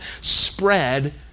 spread